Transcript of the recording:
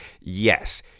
yes